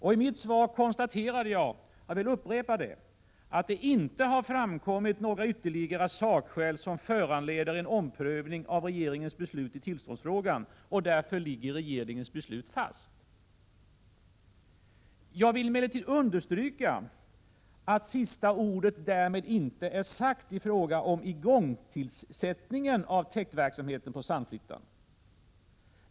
I mitt svar konstaterar jag att det inte har framkommit några ytterligare sakskäl som föranleder en omprövning av regeringens beslut i tillståndsfrågan, och därför ligger regeringens beslut fast. Jag vill emellertid understryka att sista ordet därmed inte är sagt i fråga om igångsättningen av täktverksamhet på Sandflyttan.